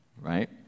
right